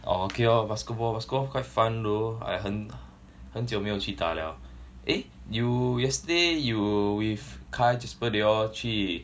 oh okay lor basketball let's go lor quite fun though I 很很久没有去打了 eh you yesterday you with kyle jasper they all 去